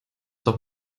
doch